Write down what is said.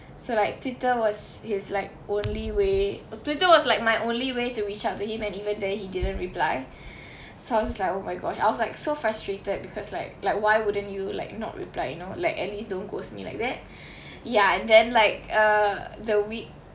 like twitter was his like only way uh twitter was like my only way to reach out to him and even though he didn't reply sounds like oh my god I was like so frustrated because like like why wouldn't you like not reply you know like at least don't ghost me like that ya and then like uh the week